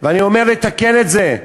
ואני אומר לתקן את זה,